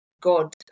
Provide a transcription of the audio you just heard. God